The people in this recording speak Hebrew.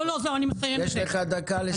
יש לך דקה לסיים.